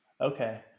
Okay